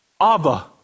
Abba